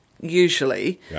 usually